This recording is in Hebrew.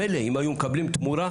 מילא אם היו מקבלים תמורה,